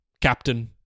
Captain